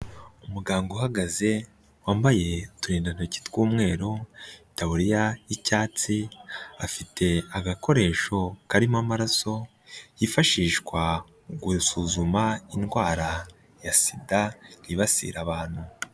Umuganga uhagaze wambaye uturindantoki tw'umweru itaburiya y'icyatsi afite agakoresho karimo amaraso yifashishwa mu gusuzuma indwara ya sida yibasira abantu.